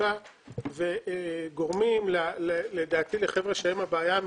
תעסוקה וגורמים לדעתי לחבר'ה שהם הבעיה המרכזית,